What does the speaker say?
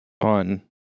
on